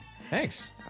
Thanks